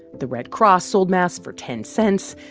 the red cross sold masks for ten cents,